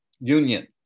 union